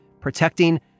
protecting